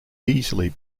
easily